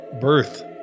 birth